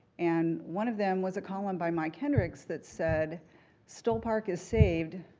and one of them was a column by mike hendricks that said stoll park is saved,